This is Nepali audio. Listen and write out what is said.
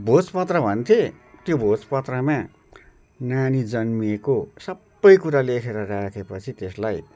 भोजपत्र भन्थे त्यो भोजपत्रमा नानी जन्मिएको सबै कुरा लेखेर राखे पछि त्यसलाई